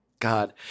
God